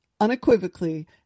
unequivocally